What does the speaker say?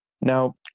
Now